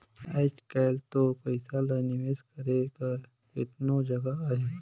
आएज काएल दो पइसा ल निवेस करे कर केतनो जगहा अहे